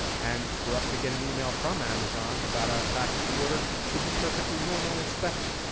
and for us to get an email from amazon about a package we ordered would be perfectly normal and expected.